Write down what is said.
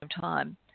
time